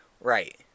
Right